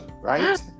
right